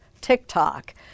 TikTok